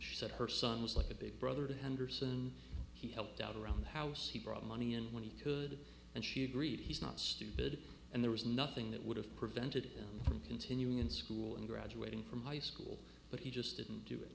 she said her son was like a big brother to henderson he helped out around the house he brought money in when he could and she agreed he's not stupid and there was nothing that would have prevented him from continuing in school and graduating from high school but he just didn't do it